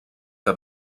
que